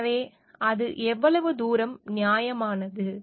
எனவே அது எவ்வளவு தூரம் நியாயமானது